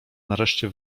nareszcie